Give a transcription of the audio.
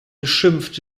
geschimpft